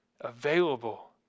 available